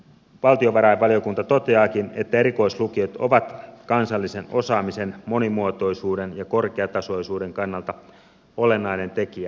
valtiovarainvaliokunta toteaakin että erikoislukiot ovat kansallisen osaamisen monimuotoisuuden ja korkeatasoisuuden kannalta olennainen tekijä